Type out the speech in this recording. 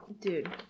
Dude